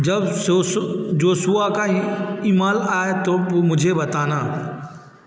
जब जोशुआ का ईमल आए तो मुझे बताना